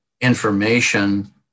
information